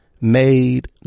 made